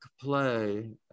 play